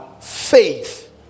faith